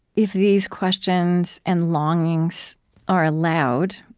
if these questions and longings are allowed,